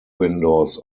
windows